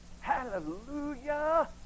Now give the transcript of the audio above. Hallelujah